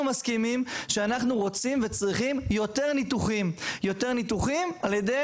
מסכימים שאנחנו רוצים וצריכים יותר ניתוחים על ידי,